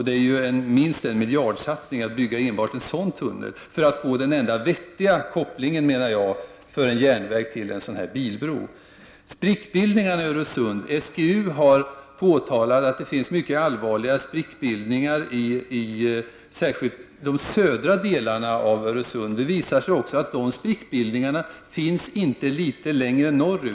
Det är minst en miljardsatsning enbart att bygga en sådan tunnel för att få den enda vettiga kopplingen, enligt min mening, till en bilbro. När det för det andra gäller sprickbildningarna i Öresund har SGU påtalat att det finns mycket allvarliga sprickbildningar särskilt i de södra delarna av Öresund. Det har också visat sig att sådana sprickbildningar inte finns litet längre norrut.